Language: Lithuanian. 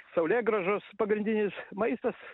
saulėgrąžos pagrindinis maistas